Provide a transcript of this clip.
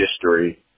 history